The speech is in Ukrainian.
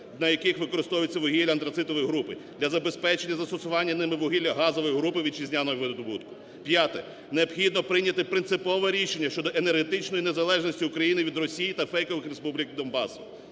на яких використовується вугілля антрацитової групи, для забезпечення застосування ними вугілля газової групи вітчизняного видобутку. П'яте. Необхідно прийняти принципове рішення щодо енергетичної незалежності України від Росії та фейкових республік Донбасу.